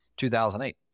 2008